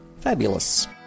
Fabulous